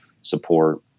support